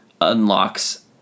unlocks